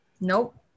Nope